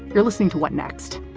you're listening to what next?